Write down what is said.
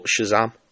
shazam